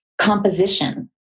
composition